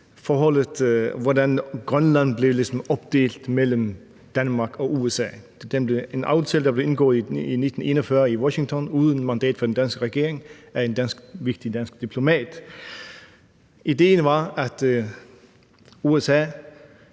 handler om, hvordan Grønland ligesom blev opdelt mellem Danmark og USA. Det var en aftale, der blev indgået i 1941 i Washington uden mandat fra den danske regering af en vigtig dansk diplomat. Ideen var, at USA